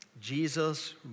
Jesus